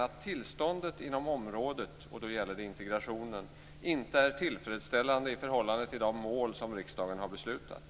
att tillståndet inom integrationsområdet inte är tillfredsställande i förhållande till de mål som riksdagen har beslutat om.